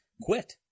quit